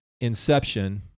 inception